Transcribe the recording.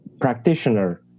practitioner